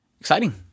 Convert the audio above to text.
exciting